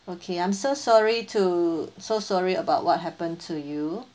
okay I'm so sorry to so sorry about what happened to you